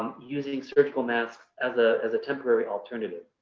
using surgical masks as ah as a temporary alternative.